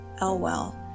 Elwell